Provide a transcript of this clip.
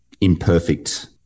imperfect